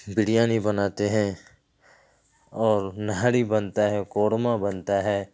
بریانی بناتے ہیں اور نہاری بنتا ہے قورمہ بنتا ہے